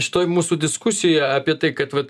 šitoj mūsų diskusijoje apie tai kad vat